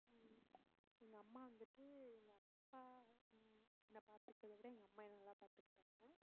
எங்கள் அம்மா வந்துட்டு எங்கள் அப்பா என்னை பார்த்துக்கிட்டத விட எங்கள் அம்மா என்னை நல்லா பார்த்துக்கிட்டாங்க